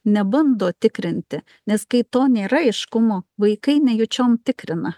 nebando tikrinti nes kai to nėra aiškumo vaikai nejučiom tikrina